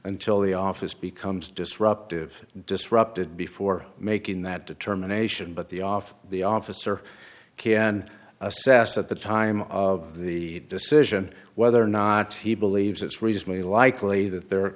until the office becomes disruptive disrupted before making that determination but the off the officer can assess at the time of the decision whether or not he believes it's reasonably likely that there